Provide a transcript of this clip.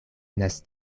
venas